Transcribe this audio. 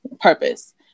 purpose